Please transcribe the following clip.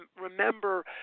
remember